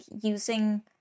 using